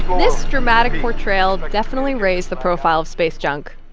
this dramatic portrayal definitely raised the profile of space junk,